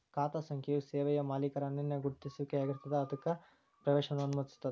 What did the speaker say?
ಖಾತಾ ಸಂಖ್ಯೆಯು ಸೇವೆಯ ಮಾಲೇಕರ ಅನನ್ಯ ಗುರುತಿಸುವಿಕೆಯಾಗಿರ್ತದ ಮತ್ತ ಅದಕ್ಕ ಪ್ರವೇಶವನ್ನ ಅನುಮತಿಸುತ್ತದ